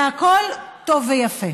והכול טוב ויפה.